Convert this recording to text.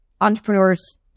entrepreneurs